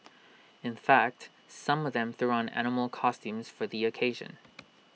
in fact some of them threw on animal costumes for the occasion